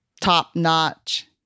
top-notch